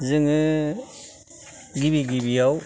जोङो गिबि गिबियाव